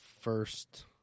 first